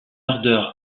ardeur